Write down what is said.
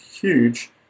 huge